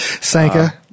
Sanka